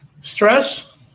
Stress